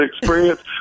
experience